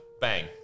bang